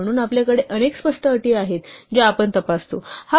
म्हणून आपल्याकडे अनेक स्पष्ट अटी आहेत ज्या आपण तपासतो